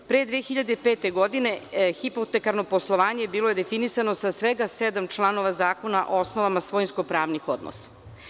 Pre 2005. godine, hipotekarno poslovanje bilo je definisano sa svega sedam članova zakona o osnovama svojinsko pravnih odnosa.